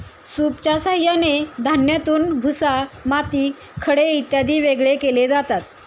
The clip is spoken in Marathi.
सूपच्या साहाय्याने धान्यातून भुसा, माती, खडे इत्यादी वेगळे केले जातात